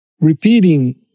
repeating